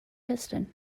piston